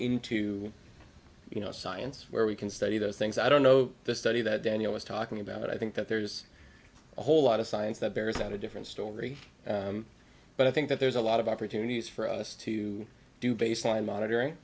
into you know science where we can study those things i don't know the study that daniel was talking about i think that there's a whole lot of science that bears out a different story but i think that there's a lot of opportunities for us to do baseline monitoring